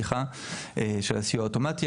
של הסיוע האוטומטי.